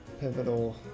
pivotal